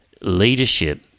leadership